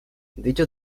dicho